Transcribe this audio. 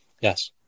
Yes